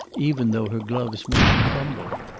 even though her gloves made them fumble.